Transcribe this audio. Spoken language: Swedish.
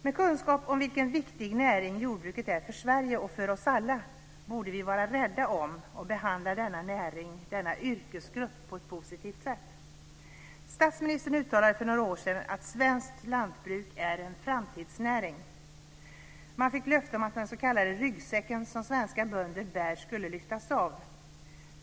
Med tanke på vilken viktig näring jordbruket är för Sverige och för oss alla borde vi vara rädda om denna näring och behandla den på ett positivt sätt. Statsministern uttalade för några år sedan att svenskt lantbruk är en framtidsnäring. Man fick löfte om att den s.k. ryggsäcken som svenska bönder bär skulle lyftas av.